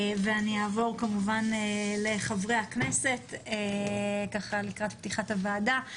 ואני אעבור כמובן לחברי הכנסת לקראת פתיחת הוועדה.